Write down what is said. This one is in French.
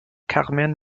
carmen